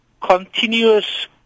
continuous